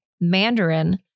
mandarin